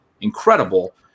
incredible